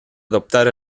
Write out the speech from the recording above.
adoptar